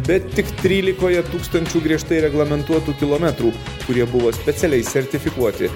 bet tik trylikoje tūkstančių griežtai reglamentuotų kilometrų kurie buvo specialiai sertifikuoti